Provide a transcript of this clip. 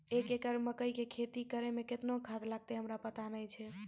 एक एकरऽ मकई के खेती करै मे केतना खाद लागतै हमरा पता नैय छै?